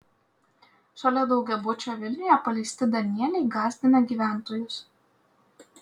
šalia daugiabučio vilniuje paleisti danieliai gąsdina gyventojus